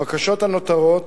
הבקשות הנותרות,